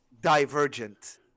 divergent